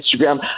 Instagram